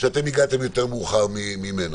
שאתם הגעתם יותר מאוחר ממנו.